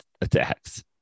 attacks